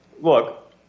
look